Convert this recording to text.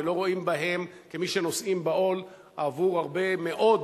ולא רואים בהם כמי שנושאים בעול עבור הרבה מאוד